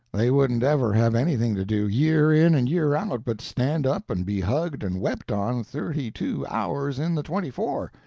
they wouldn't ever have anything to do, year in and year out, but stand up and be hugged and wept on thirty-two hours in the twenty-four.